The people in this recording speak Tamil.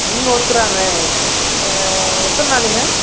நீங்கள் ஒருத்தராங்க எத்தனை நாளுங்க